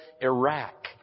Iraq